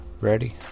Ready